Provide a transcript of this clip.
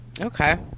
Okay